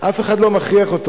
אף אחד לא מכריח אותו,